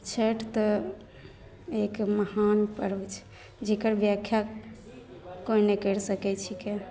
छठि तऽ एक महान पर्व छै जकर व्याख्या कोइ नहि करि सकै छिकै